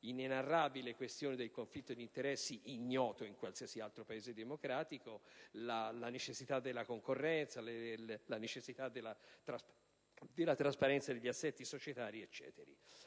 inenarrabile questione del conflitto d'interesse, ignoto in qualsiasi altro Paese democratico, sulla necessità della concorrenza, della piena trasparenza degli assetti societari e così